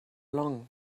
long